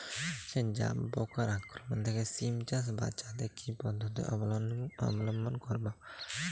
জাব পোকার আক্রমণ থেকে সিম চাষ বাচাতে কি পদ্ধতি অবলম্বন করব?